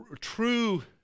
True